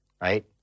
right